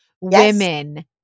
women